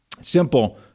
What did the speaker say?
simple